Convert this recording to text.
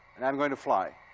and i'm going to fly.